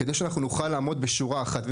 כדי שאנחנו נוכל לעמוד בשורה אחת.